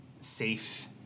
safe